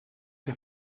que